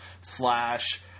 slash